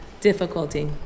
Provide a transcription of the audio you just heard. difficulty